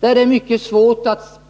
Det är mycket svårt att